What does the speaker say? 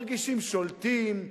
מרגישים שולטים,